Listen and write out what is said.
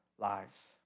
lives